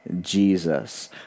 Jesus